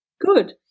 good